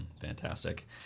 Fantastic